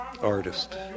artist